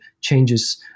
changes